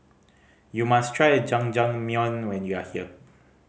you must try Jajangmyeon when you are here